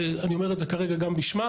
אני אומר את זה כרגע גם בשמה,